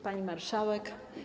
Pani Marszałek!